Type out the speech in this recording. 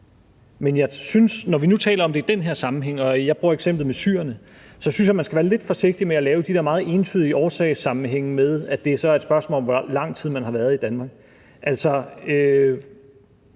når vi nu taler om det i den her sammenhæng og jeg bruger eksemplet med syrerne, at man skal være lidt forsigtig med at lave de der meget entydige årsagssammenhænge med, at det så er et spørgsmål om, hvor lang tid folk har været i Danmark.